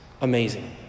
amazing